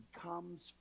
comes